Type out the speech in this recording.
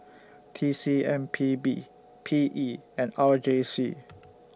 T C M P B P E and R J C